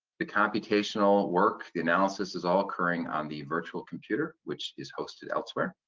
the computational work, the analysis is all occurring on the virtual computer which is hosted elsewhere.